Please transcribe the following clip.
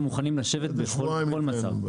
אנחנו מוכנים לשבת בכל מצב.